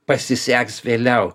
pasiseks vėliau